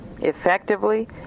effectively